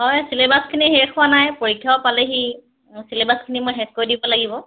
হয় চিলেবাছখিনি শেষ হোৱা নাই পৰীক্ষাও পালেহি চিলেবাছখিনি মই শেষ কৰি দিব লাগিব